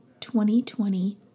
2020